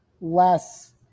less